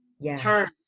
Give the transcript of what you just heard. Yes